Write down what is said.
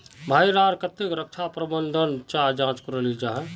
भाई ईर केते रक्षा प्रबंधन चाँ जरूरी जाहा?